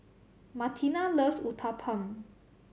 Martina loves Uthapam